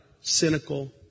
cynical